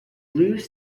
blues